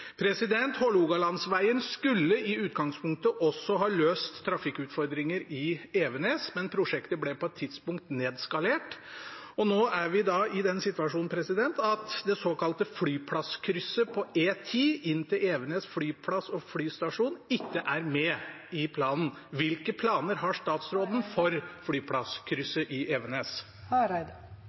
skulle i utgangspunktet også ha løst trafikkutfordringer i Evenes, men prosjektet ble på et tidspunkt nedskalert. Og nå er vi da i den situasjonen at det såkalte flyplasskrysset på E10 inn til Evenes flyplass og flystasjon ikke er med i planen. Hvilke planer har statsråden for flyplasskrysset i Evenes?